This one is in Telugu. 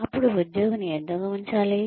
అప్పుడు ఉద్యోగిని ఎందుకు ఉంచాలి